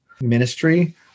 ministry